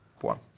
one